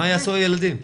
מה יעשו הילדים?